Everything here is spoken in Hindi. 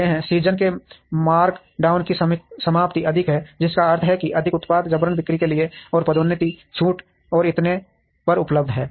सीज़न के मार्कडाउन की समाप्ति अधिक है जिसका अर्थ है कि अधिक उत्पाद जबरन बिक्री के लिए या पदोन्नति छूट और इतने पर उपलब्ध हैं